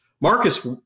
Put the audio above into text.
Marcus